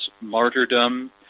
martyrdom—